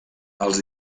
els